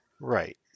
Right